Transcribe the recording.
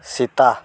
ᱥᱮᱛᱟ